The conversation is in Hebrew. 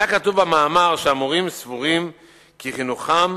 היה כתוב במאמר שהמורים סבורים כי חינוכם